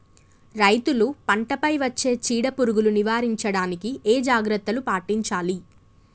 రైతులు పంట పై వచ్చే చీడ పురుగులు నివారించడానికి ఏ జాగ్రత్తలు పాటించాలి?